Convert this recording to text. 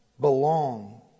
belong